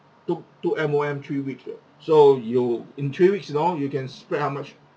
took took M_O_M three weeks [what] so you in three weeks you know you can spend how much